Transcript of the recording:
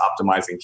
optimizing